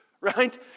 right